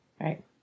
Right